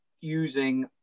using